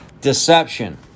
deception